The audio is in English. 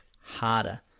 harder